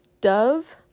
dove